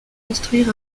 construire